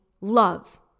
love